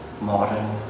modern